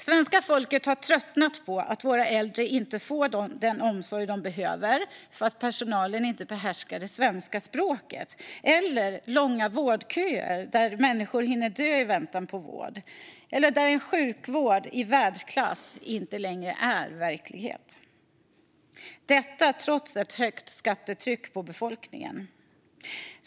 Svenska folket har tröttnat på att våra äldre inte får den omsorg de behöver på grund av att personalen inte behärskar svenska språket och på långa vårdköer där människor hinner dö i väntan på vård. Sjukvård i världsklass är inte längre verklighet här trots högt skattetryck på befolkningen.